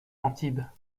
antibes